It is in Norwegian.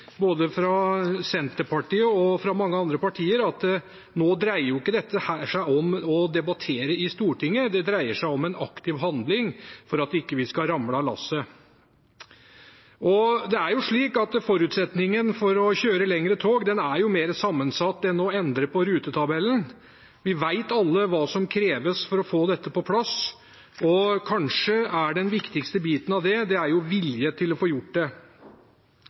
både fra Senterpartiet og fra mange andre partier – nå dreier ikke dette seg om å debattere i Stortinget, det dreier seg om en aktiv handling for at vi ikke skal ramle av lasset. Forutsetningen for å kjøre lengre tog er mer sammensatt enn å endre på rutetabellen. Vi vet alle hva som kreves for å få dette på plass, og vilje til å få gjort det